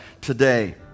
today